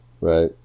Right